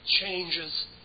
changes